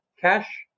cash